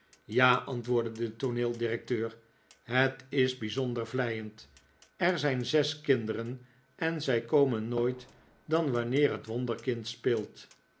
ja antwoordde de tooneeldirecteur het is bijzonder vleiend er zijn zes kinderen en zij komen nooit dan wanneer het wonderkind speelt